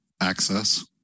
access